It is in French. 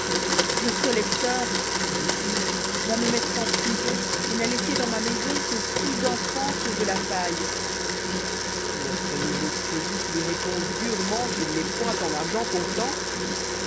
le collecteur dit-il và me mettre en prison et n'a laissé dans ma maison que six enfants sur de la paille notre nouveau crésus lui répond durement qu'il n'est point en argent comptant